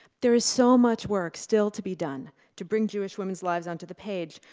there is so much work still to be done to bring jewish women's lives onto the page,